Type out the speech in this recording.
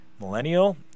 millennial